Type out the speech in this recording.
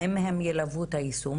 האם הם ילוו גם את היישום?